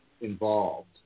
involved